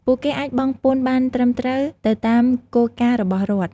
ពួកគេអាចបង់ពន្ធបានត្រឹមត្រូវទៅតាមគោលការណ៍របស់រដ្ឋ។